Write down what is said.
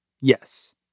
yes